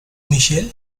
michelle